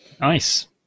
nice